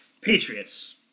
Patriots